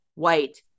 White